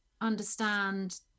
understand